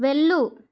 వెళ్ళు